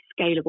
scalable